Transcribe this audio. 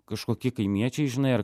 kažkoki kaimiečiai žinai ar